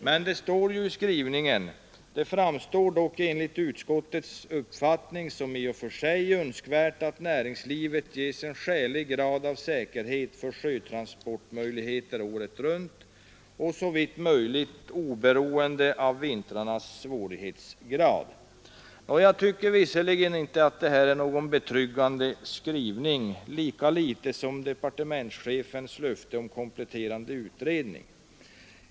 I utskottets skrivning heter det: ”Det framstår dock enligt utskottets uppfattning som i och för sig önskvärt att näringslivet ges en skälig grad av säkerhet för sjötransportmöjligheter året runt och såvitt möjligt oberoende av vintrarnas svårighetsgrad.” Jag tycker inte att detta är någon betryggande skrivning, lika litet som departementschefens löfte om kompletterande utredning.